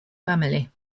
family